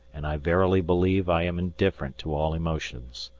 and i verily believe i am indifferent to all emotions.